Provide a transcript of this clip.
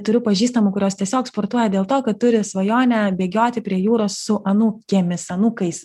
turiu pažįstamų kurios tiesiog sportuoja dėl to kad turi svajonę bėgioti prie jūros su anūkėmis anūkais